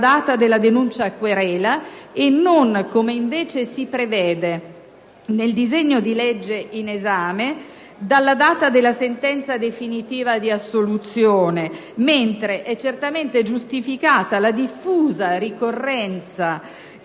data della denuncia-querela e non - come invece si prevede nel disegno di legge in esame - dalla data della sentenza definitiva di assoluzione, mentre è certamente giustificata la diffusa ricorrenza comportamentale